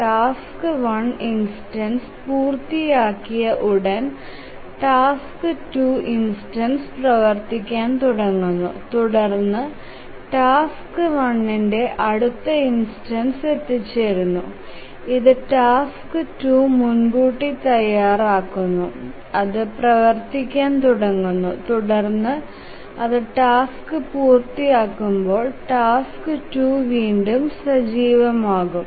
task 1 instance പൂർത്തിയാക്കിയ ഉടൻ task 2 instance പ്രവർത്തിക്കാൻ തുടങ്ങുന്നു തുടർന്ന് ടാസ്ക് 1 ന്റെ അടുത്ത ഇൻസ്റ്റൻസ്സ് എത്തിച്ചേരുന്നു അത് ടാസ്ക് 2 മുൻകൂട്ടി തയ്യാറാക്കുന്നു അത് പ്രവർത്തിക്കാൻ തുടങ്ങുന്നു തുടർന്ന് അത് ടാസ്ക് പൂർത്തിയാക്കുമ്പോൾ ടാസ്ക് 2 വീണ്ടും സജീവമാകും